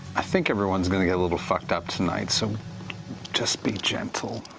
i think everyone's going to get a little fucked up tonight, so just be gentle.